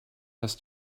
has